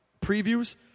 previews